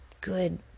good